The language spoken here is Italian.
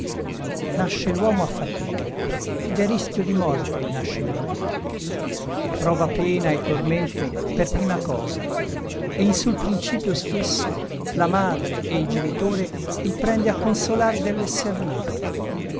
nasce l'uomo a fatica ed è rischio di morte il nascimento prova pena e tormento per prima cosa e in sul principio stesso la madre e il genitore il prende a consolar dell'esser